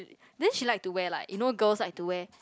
then she like to wear like you know girls like to wear